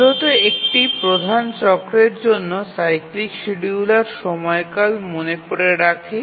মূলত একটি প্রধান চক্রের জন্য সাইক্লিক শিডিয়ুলার সময়কাল মনে করে রাখে